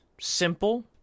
simple